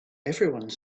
everyone